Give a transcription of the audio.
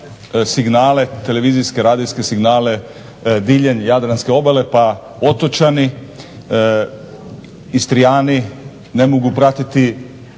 signale televizijske, radijske signale diljem jadranske obale pa otočani, Istrijani ne mogu pratiti